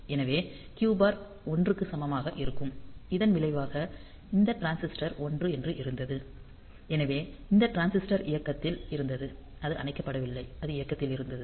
எனவே Q பார் 1 க்கு சமமாக இருக்கும் இதன் விளைவாக இந்த டிரான்சிஸ்டர் 1 என்று இருந்தது எனவே இந்த டிரான்சிஸ்டர் இயக்கத்தில் இருந்தது அது அணைக்கப்படவில்லை அது இயக்கத்தில் இருந்தது